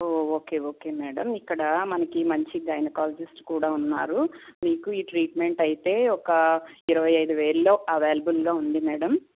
ఓ okay okay madam ఇక్కడ మనకి మంచి గైనకాలజిస్ట్ కూడా ఉన్నారు మీకు ఈ ట్రీట్మెంట్ అయితే ఒక ఇరవై ఐదు వేల్లో అవైలబుల్గా ఉంది మేడం